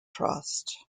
trust